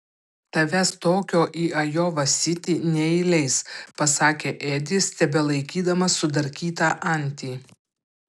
tavęs tokio į ajova sitį neįleis pasakė edis tebelaikydamas sudarkytą antį